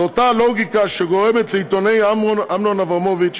זו אותה הלוגיקה שגורמת לעיתונאי אמנון אברמוביץ,